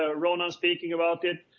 ah ronan speaking about it.